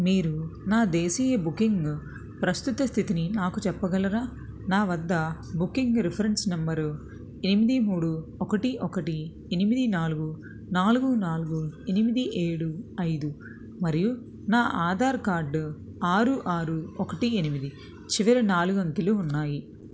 మీరు నా దేశీయ బుకింగు ప్రస్తుత స్థితిని నాకు చెప్పగలరా నా వద్ద బుకింగ్ రిఫరెన్స్ నెంబరు ఎనిమిది మూడు ఒకటి ఒకటి ఎనిమిది నాలుగు నాలుగు నాలుగు ఎనిమిది ఏడు ఐదు మరియు నా ఆధార్ కార్డు ఆరు ఆరు ఒకటి ఎనిమిది చివరి నాలుగు అంకెలు ఉన్నాయి